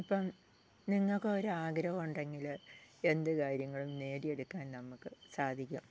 ഇപ്പം നിങ്ങൾക്ക് ഒരാഗ്രഹം ഉണ്ടെങ്കിൽ എന്ത് കാര്യങ്ങളും നേടിയെടുക്കാൻ നമുക്ക് സാധിക്കും